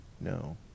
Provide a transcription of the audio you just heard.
no